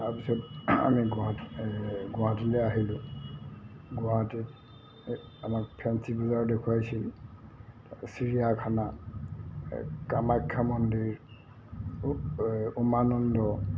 তাৰপিছত আমি গুৱাহাটীলৈ গুৱাহাটীলৈ আহিলোঁ গুৱাহাটীত আমাক ফেঞ্চি বজাৰ দেখুৱাইছিল চিৰিয়াখানা এই কামাখ্যা মন্দিৰ এই উমানন্দ